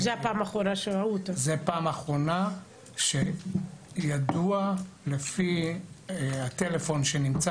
זו הפעם האחרונה שידוע לפי הטלפון שנמצא